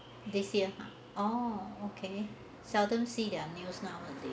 this year ha oh okay seldom see their news nowaday~